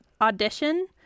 Audition